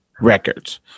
records